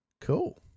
cool